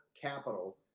capital